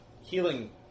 healing